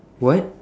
what